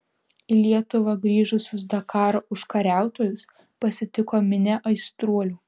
į lietuvą grįžusius dakaro užkariautojus pasitiko minia aistruolių